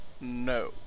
No